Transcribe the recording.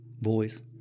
voice